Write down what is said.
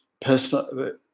personal